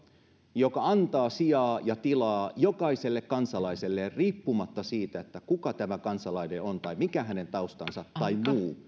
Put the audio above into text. joka antaa sijaa ja tilaa jokaiselle kansalaiselle riippumatta siitä kuka tämä kansalainen on tai mikä hänen taustansa tai muu